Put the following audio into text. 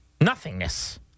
nothingness